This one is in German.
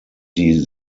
die